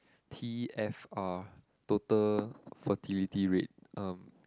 t_f_r total fertility rate uh